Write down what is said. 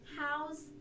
house